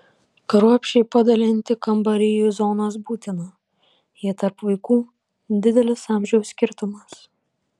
kruopščiai padalinti kambarį į zonas būtina jei tarp vaikų didelis amžiaus skirtumas